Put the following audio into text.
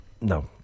No